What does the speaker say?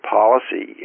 policy